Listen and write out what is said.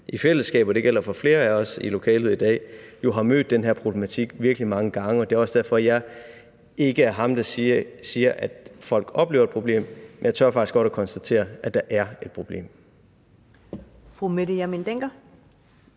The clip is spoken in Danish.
i fællesskab – og det gælder for flere af os i lokalet i dag – jo har mødt den her problematik virkelig mange gange. Og det er også derfor, at jeg ikke er ham, der siger, at folk oplever et problem. Men jeg tør faktisk godt at konstatere, at der er et problem.